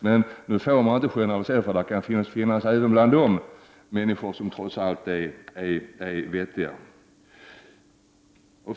Men jag vill som sagt inte generalisera, utan det kan även i dessa grupper finnas vettiga människor.